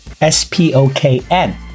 S-P-O-K-N